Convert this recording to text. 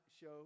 show